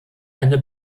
eine